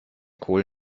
kohl